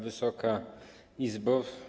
Wysoka Izbo!